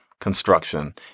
construction